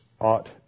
ought